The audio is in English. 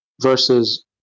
versus